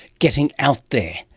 getting out there,